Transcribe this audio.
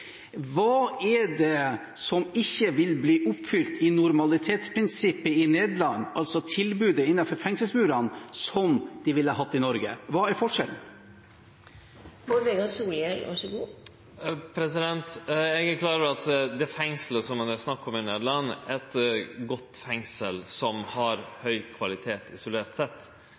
Hva er det som ikke vil bli oppfylt med hensyn til normalitetsprinsippet i Nederland, altså tilbudet innenfor fengselsmurene, som ville blitt det i Norge? Hva er forskjellen? Eg er klar over at det fengslet som det er snakk om i Nederland, er eit godt fengsel som har